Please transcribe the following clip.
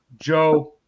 Joe